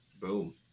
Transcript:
Boom